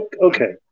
Okay